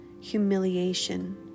humiliation